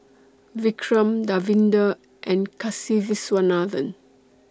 Vikram Davinder and Kasiviswanathan